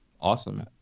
Awesome